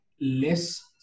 less